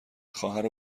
خواهر